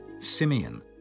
Simeon